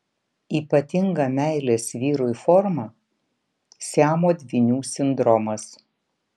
ypatinga meilės vyrui forma siamo dvynių sindromas